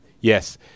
yes